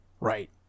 Right